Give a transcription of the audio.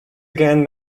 again